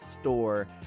store